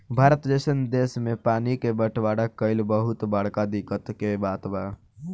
भारत जइसन देश मे पानी के बटवारा कइल बहुत बड़का दिक्कत के बात बा